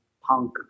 punk